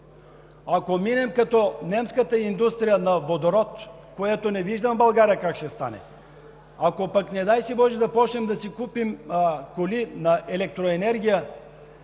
Ако минем като немската индустрия на водород, което не виждам в България как ще стане. Ако пък, не дай си боже, да почнем да си купуваме коли на електроенергия,